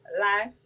life